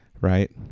right